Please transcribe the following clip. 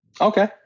okay